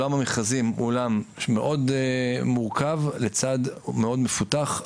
עולם המכרזים הוא עולם מאוד מורכב לצד מאוד מפותח.